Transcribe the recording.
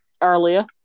earlier